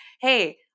hey